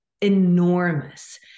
enormous